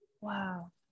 Wow